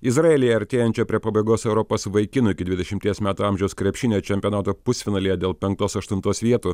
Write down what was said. izraelyje artėjančią prie pabaigos europos vaikinų iki dvidešimies metų amžiaus krepšinio čempionato pusfinalyje dėl penktos aštuntos vietų